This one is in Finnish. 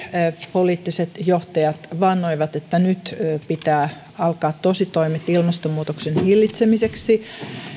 poliittiset johtajat vannoivat että nyt pitää aloittaa tositoimet ilmastonmuutoksen hillitsemiseksi